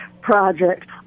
project